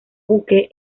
buque